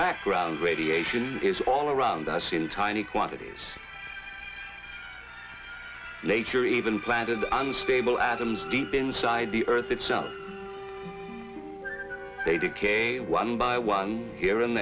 background radiation is all around us in tiny quantities later even planted unstable adults deep inside the earth itself they decay one by one here and